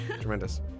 tremendous